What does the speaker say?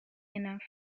enough